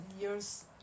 years